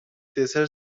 دسر